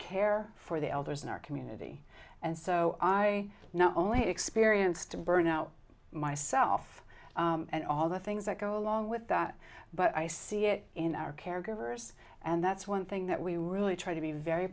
care for the elders in our community and so i not only experience to burnout myself and all the things that go along with that but i see it in our caregivers and that's one thing that we really try to be very